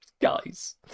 guys